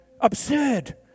absurd